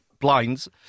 blinds